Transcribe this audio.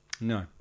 No